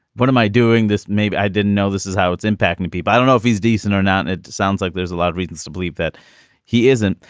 what am i doing this maybe i didn't know this is how it's impacting people i don't know if he's decent or not. it sounds like there's a lot of reasons to believe that he isn't.